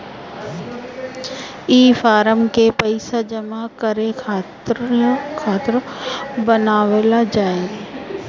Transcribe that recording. ई फारम के पइसा जमा करे खातिरो बनावल जाए